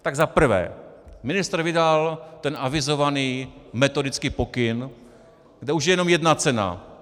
Tak za prvé, ministr vydal ten avizovaný metodický pokyn, kde už je jenom jedna cena.